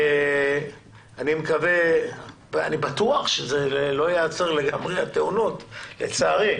ואני בטוח שהתאונות לא ייעצרו לגמרי, לצערי.